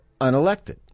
unelected